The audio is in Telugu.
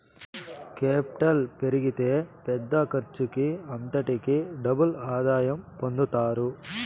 కేపిటల్ పెరిగితే పెద్ద ఖర్చుకి అంతటికీ డబుల్ ఆదాయం పొందుతారు